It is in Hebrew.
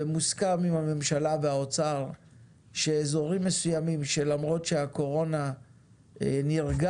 ומוסכם עם הממשלה והאוצר שאזורים מסוימים שלמרות שהקורונה נרגעת,